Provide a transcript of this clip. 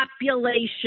population